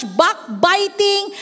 backbiting